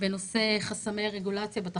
לייצר קרקעות זולות בפריפריה לצד